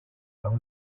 aho